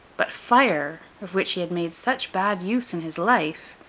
but fire, of which he had made such bad use in his life,